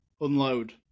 unload